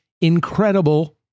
incredible